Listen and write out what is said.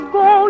go